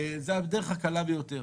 זה הדרך הקלה ביותר.